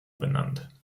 benannt